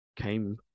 came